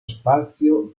spazio